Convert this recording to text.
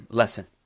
lesson